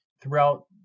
Throughout